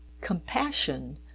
Compassion